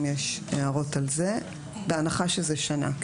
האם יש הערות על זה, בהנחה שזה שנה?